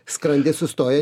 skrandis sustoja